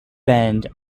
bend